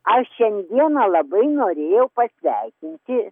aš šiandieną labai norėjau pasveikinti